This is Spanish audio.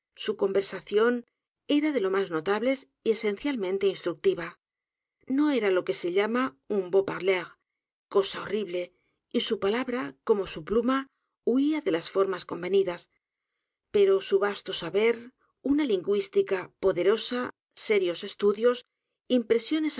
su conversación era de las más notables y esencialmente instructiva no era lo que se llama un beau parleur cosa horrible y su palabra como su pluma huía de las formas convenidas pero su vasto saber una lengüística poderosa serios estudios impresiones